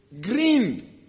green